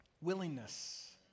willingness